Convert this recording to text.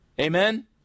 Amen